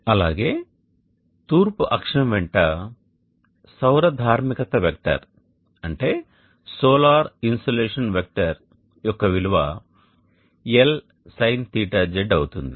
అలాగే తూర్పు అక్షం వెంట సౌర ధార్మికత వెక్టార్ యొక్క విలువ L sinθz అవుతుంది